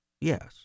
yes